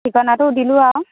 ঠিকনাটো দিলোঁ আৰু